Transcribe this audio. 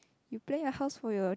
you plan your house for your